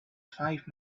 five